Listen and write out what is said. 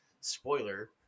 spoiler